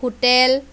hotel